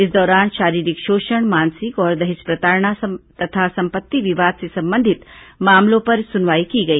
इस दौरान शारीरिक शोषण मानसिक और दहेज प्रताड़ना तथा संपत्ति विवाद से संबंधित मामलों पर सुनवाई की गई